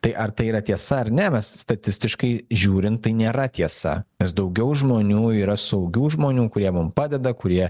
tai ar tai yra tiesa ar ne mes statistiškai žiūrint tai nėra tiesa nes daugiau žmonių yra saugių žmonių kurie mum padeda kurie